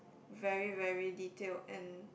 very very detailed and